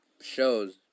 shows